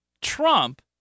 Trump